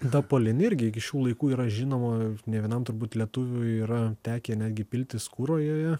dapolin irgi iki šių laikų yra žinoma ne vienam turbūt lietuviui yra tekę netgi piltis kuro joje